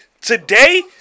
Today